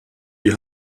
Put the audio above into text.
die